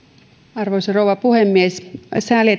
arvoisa rouva puhemies sääli